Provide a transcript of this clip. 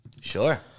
Sure